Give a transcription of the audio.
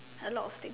a lot of thing